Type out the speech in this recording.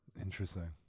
Interesting